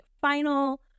final